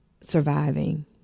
surviving